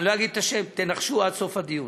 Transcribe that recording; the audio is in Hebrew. אני לא אגיד את השם, תנחשו עד סוף הדיון.